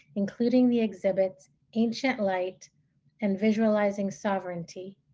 including the exhibits ancient light and visualizing sovereignty.